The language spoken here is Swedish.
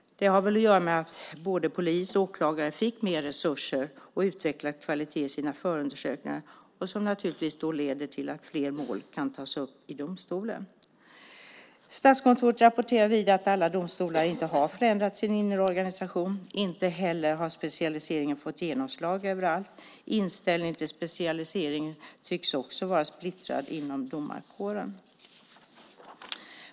Det har väl att göra med att både polis och åklagare fick mer resurser och utvecklade kvalitet i sina förundersökningar. Det leder naturligtvis till att fler mål kan tas upp i domstolen. Statskontoret rapporterar vidare att inte alla domstolar förändrat sin inre organisation. Inte heller har specialiseringen fått genomslag överallt. Inställningen till specialisering tycks också vara splittrad inom domarkåren.